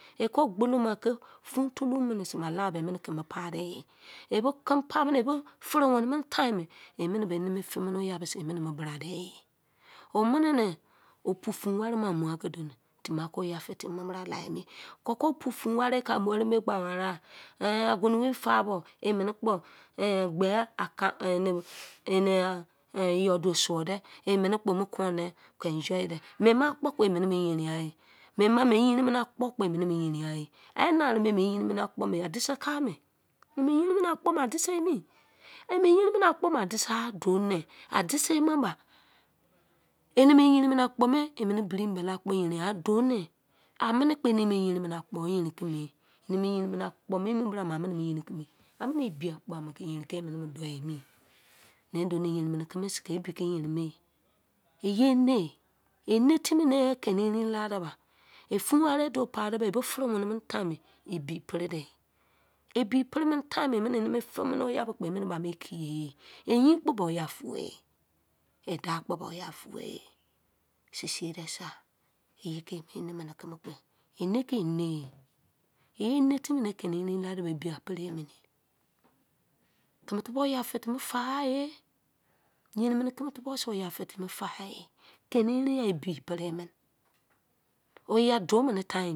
Wo mini weni wari aboo bo bunu ne teghe akpoo kon tamarau bra a tua tamarau bra a tua sin bo nanaowei ba wo buru emi me o mini angoo ka kon wo teri aki bo wo doo bunu timi dein pri ba bo baide dein bai bo ba zini yo ba mu don